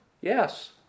Yes